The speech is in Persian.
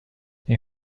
این